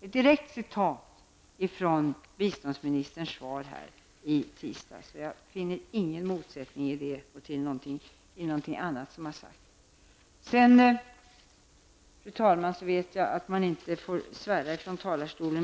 Det är alltså ett direkt citat av vad biståndsministern sade i sitt svar här i tisdags. Jag finner inte någon motsättning i detta eller i något annat som har sagts. Fru talman! Man får ju inte svära här i talarstolen.